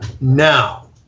now